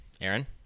Aaron